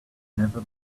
never